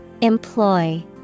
employ